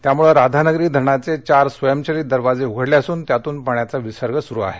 त्यामुळं राधानगरी धरणाचे चार स्वयंचलित दरवाजे उघडले असून त्यातून पाण्याचा विसर्ग सुरु आहे